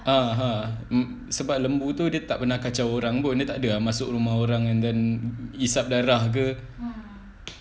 ah ha sebab lembu tu dia tak pernah kacau orang pun dia tak ada ah masuk rumah and then hisap darah ke